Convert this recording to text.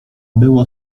było